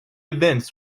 events